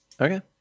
Okay